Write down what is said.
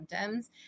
symptoms